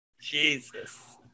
Jesus